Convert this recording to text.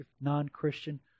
non-Christian